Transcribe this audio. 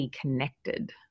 connected